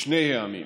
לשני העמים.